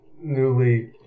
newly